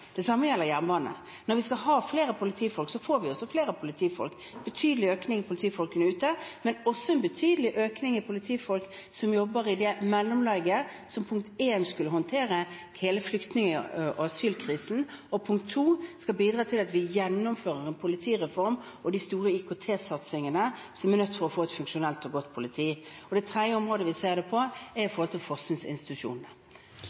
politifolk, får vi også flere politifolk. Det er en betydelig økning i politifolk ute, men det er også en betydelig økning i politifolk som jobber i dette laget imellom, som for det første skulle håndtere hele flyktning- og asylkrisen, og som for det andre skal bidra til at vi gjennomfører en politireform og de store IKT-satsingene som er nødvendig for å få et funksjonelt og godt politi. Det tredje området vi ser det på, er